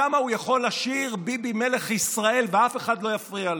שם הוא יכול לשיר "ביבי מלך ישראל" ואף אחד לא יפריע לו.